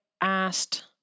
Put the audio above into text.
asked